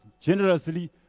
generously